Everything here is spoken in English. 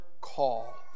call